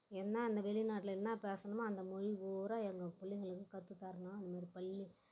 என்ன அந்த வெளிநாட்டில் என்ன பேசணுமோ அந்த மொழி பூரா எங்கள் பிள்ளைங்களுக்கு கற்று தரணும்னு பள்ளி